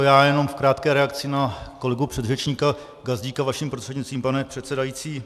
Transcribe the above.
Já jenom v krátké reakci na kolegu předřečníka Gazdíka, vaším prostřednictvím, pane předsedající.